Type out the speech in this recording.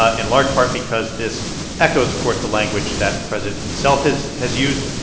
ah in large part because this echoes, of course, the language that the president himself has has used.